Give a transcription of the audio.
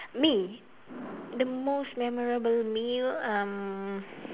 me the most memorable meal um